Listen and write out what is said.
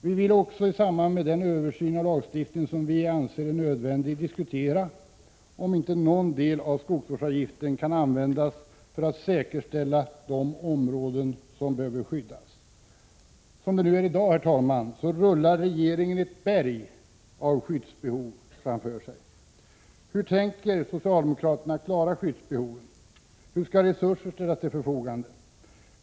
Vi vill också i samband med den översyn av lagstiftningen som vi anser vara nödvändig diskutera om inte någon del av skogsvårdsavgiften kan användas för att säkerställa de områden som behöver skyddas. Herr talman! Som det är i dag rullar regeringen ett berg av skyddsbehov framför sig. Hur tänker socialdemokraterna klara skyddsbehovet? Hur skall resurser ställas till förfogande?